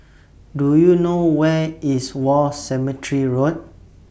Do YOU know Where IS War Cemetery Road